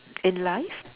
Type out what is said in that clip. in life